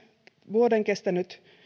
vuoden kestänyt